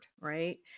right